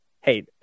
hey